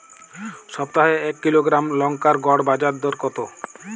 সপ্তাহে এক কিলোগ্রাম লঙ্কার গড় বাজার দর কতো?